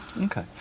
Okay